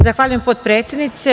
Zahvaljujem, potpredsednice.